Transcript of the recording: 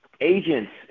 agents